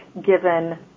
given